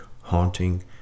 haunting